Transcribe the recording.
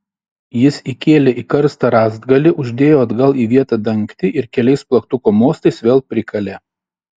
jis įkėlė į karstą rąstgalį uždėjo atgal į vietą dangtį ir keliais plaktuko mostais vėl prikalė